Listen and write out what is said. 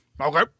Okay